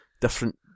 different